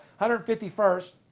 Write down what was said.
151st